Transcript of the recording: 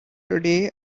today